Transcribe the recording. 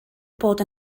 bod